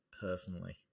personally